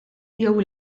jew